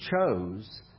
chose